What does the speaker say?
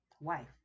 wife